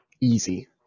easy